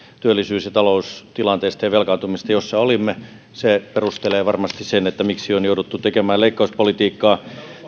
työllisyys ja taloustilanteesta ja velkaantumisesta jossa olimme se perustelee varmasti sen miksi on jouduttu tekemään leikkauspolitiikkaa